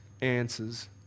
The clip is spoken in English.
answers